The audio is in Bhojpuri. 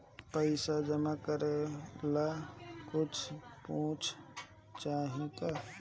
पैसा जमा करे ला कुछु पूर्फ चाहि का?